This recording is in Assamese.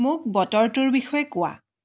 মোক বতৰটোৰ বিষয়ে কোৱা